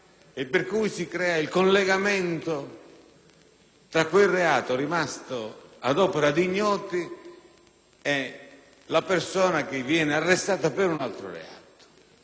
tra il reato rimasto ad opera di ignoti e la persona che viene arrestata per un altro reato. Ovviamente tutto ciò nel rispetto